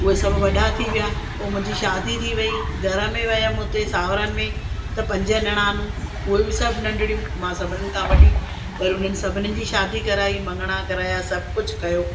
उहे सभु वॾा थी विया पोइ मुंहिंजी शादी थी वई घर में वयमि हुते सावरनि में त पंज निराणूं उहो बि सभु नंढणियूं मां सभिनीनि खां वॾी पर उन्हनि सभिनीनि जी शादी कराई मंङणा कराया सभु कुझु कयो